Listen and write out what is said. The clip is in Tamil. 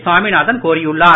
சாமிநாதன் கோரியுள்ளார்